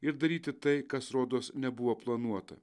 ir daryti tai kas rodos nebuvo planuota